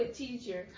teacher